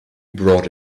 brought